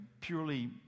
purely